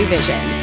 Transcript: Vision